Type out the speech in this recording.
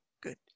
good